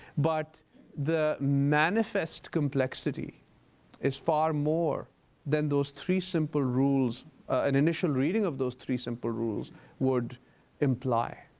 but the manifest complexity is far more than those three simple rules an initial reading of those three simple rules would imply.